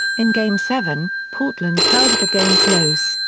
in game seven, portland held the game close,